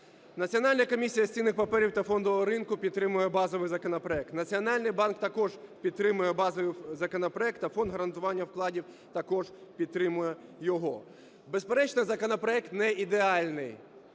Національна комісія з цінних паперів та фондового ринку підтримує базовий законопроект. Національний банк також підтримує базовий законопроект та Фонд гарантування вкладів також підтримує його. Безперечно, законопроект не ідеальний.